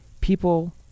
people